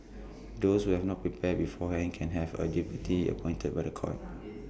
those who have not prepared beforehand can have A deputy appointed by The Court